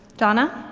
donna?